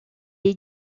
est